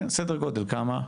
סדר גודל, כמה?